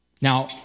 Now